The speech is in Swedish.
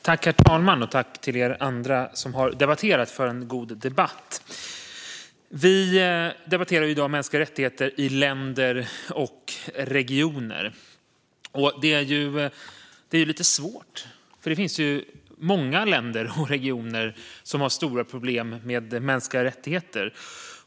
Herr talman! Tack till alla för en god debatt! Vi debatterar i dag mänskliga rättigheter i länder och regioner. Det är lite svårt, för det finns många länder och regioner som har stora problem med mänskliga rättigheter.